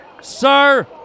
sir